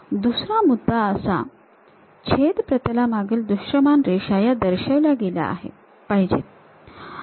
दुसरा मुद्दा असा छेद प्रतलामागील दृश्यमान रेषा ह्या दर्शविल्या गेल्या पाहिजेत